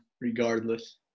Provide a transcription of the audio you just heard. regardless